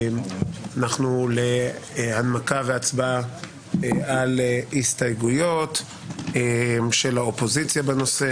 אנחנו בהנמקה והצבעה על הסתייגויות של האופוזיציה בנושא.